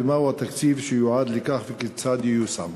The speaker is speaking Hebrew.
4. מה הוא התקציב שיועד לכך, וכיצד ייושם?